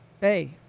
Hey